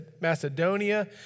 Macedonia